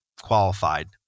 qualified